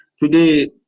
Today